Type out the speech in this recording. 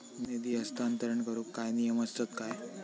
निधी हस्तांतरण करूक काय नियम असतत काय?